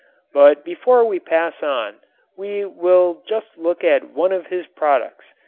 but before we pass on we will just look at one of his products,